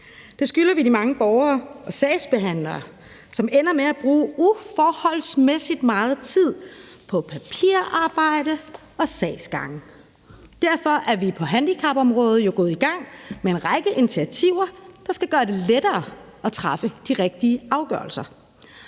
Det skylder vi de mange borgere og sagsbehandlere, som ender med at bruge uforholdsmæssigt meget tid på papirarbejde og sagsgange. Derfor er vi på handicapområdet jo gået i gang med en række initiativer, der skal gøre det lettere at træffe de rigtige afgørelser.